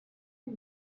met